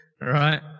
Right